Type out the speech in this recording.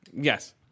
Yes